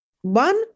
One